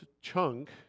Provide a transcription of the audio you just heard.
chunk